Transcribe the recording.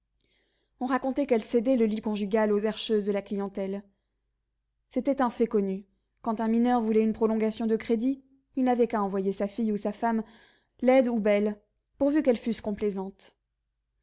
on racontait qu'elle cédait le lit conjugal aux herscheuses de la clientèle c'était un fait connu quand un mineur voulait une prolongation de crédit il n'avait qu'à envoyer sa fille ou sa femme laides ou belles pourvu qu'elles fussent complaisantes